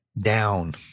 down